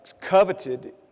coveted